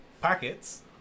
packets